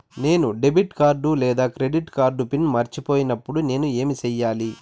నేను debit card లేదా credit card pin మర్చిపోయినప్పుడు నేను ఏమి సెయ్యాలి?